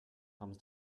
comes